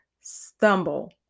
stumble